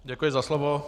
Děkuji za slovo.